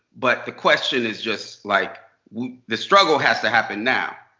but the question is just like the struggle has to happen now.